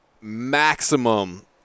maximum